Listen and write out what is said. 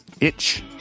Itch